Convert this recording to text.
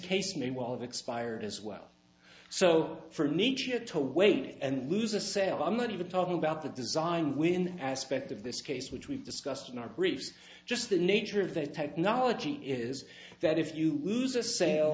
case may well have expired as well so for nature to wait and lose a sale i'm not even talking about the design win aspect of this case which we've discussed in our briefs just the nature of the technology is that if you lose a sale